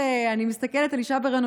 כשאני מסתכלת על אישה בהיריון,